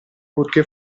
purché